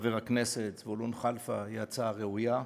חבר הכנסת זבולון כלפה היא הצעה ראויה,